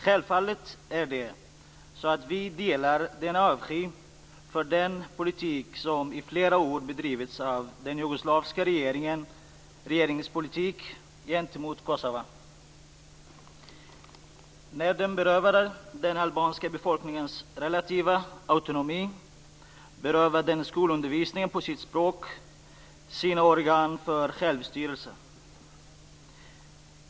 Självfallet är det så att vi delar avskyn för den politik som i flera år bedrivits av den jugoslaviska regeringen gentemot Kosova. Man berövade den albanska befolkningens relativa autonomi och man berövade befolkningen skolundervisning på sitt språk och dess organ för självstyre.